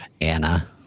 Anna